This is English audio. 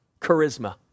Charisma